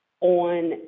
on